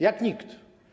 Jak nikt.